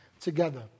together